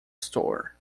store